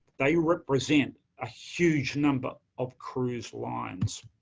they represent a huge number of cruise lines.